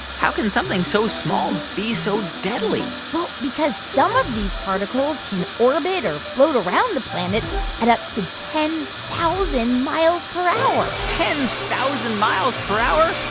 how can something so small be so deadly? well, because some of these particles can orbit or float around the planet at up to ten thousand miles per hour ten thousand miles per hour?